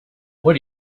what